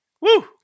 Woo